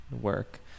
work